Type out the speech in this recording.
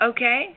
Okay